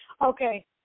Okay